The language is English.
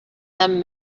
them